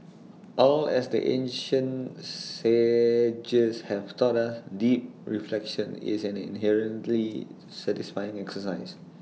all as the ancient sages have taught us deep reflection is an inherently satisfying exercise